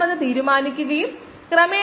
ഇതൊരു നല്ല പുസ്തകമാണ്